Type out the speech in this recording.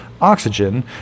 oxygen